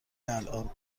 الان